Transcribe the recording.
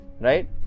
Right